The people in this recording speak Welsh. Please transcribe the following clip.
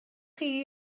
chi